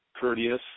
Courteous